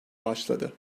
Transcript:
başladı